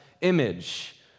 image